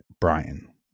Brian